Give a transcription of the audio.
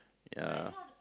ya